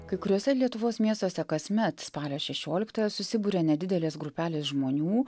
kai kuriuose lietuvos miestuose kasmet spalio šešioliktąją susiburia nedidelės grupelės žmonių